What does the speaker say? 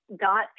got